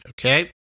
Okay